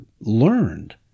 learned